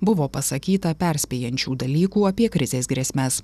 buvo pasakyta perspėjančių dalykų apie krizės grėsmes